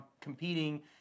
competing